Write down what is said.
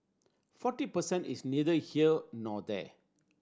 forty per cent is neither here nor there